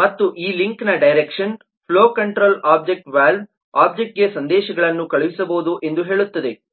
ಮತ್ತು ಈ ಲಿಂಕ್ನ direction flow control object valve ಒಬ್ಜೆಕ್ಟ್ಗೆ ಸಂದೇಶಗಳನ್ನು ಕಳುಹಿಸಬಹುದು ಎಂದು ಹೇಳುತ್ತದೆ